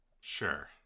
Sure